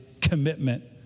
commitment